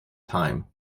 time